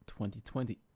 2020